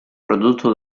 prodotto